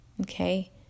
Okay